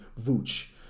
Vooch